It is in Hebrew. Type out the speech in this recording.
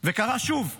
וקרה שוב אתמול,